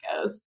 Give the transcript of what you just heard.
goes